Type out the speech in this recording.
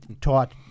taught